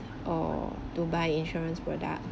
or to buy insurance product